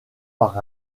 par